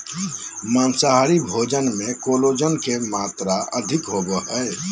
माँसाहारी भोजन मे कोलेजन के मात्र अधिक होवो हय